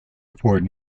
afford